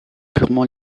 purement